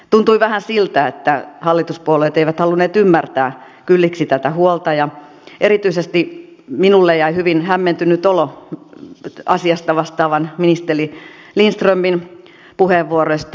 tuntui vähän siltä että hallituspuolueet eivät halunneet ymmärtää kylliksi tätä huolta ja erityisesti minulle jäi hyvin hämmentynyt olo asiasta vastaavan ministeri lindströmin puheenvuoroista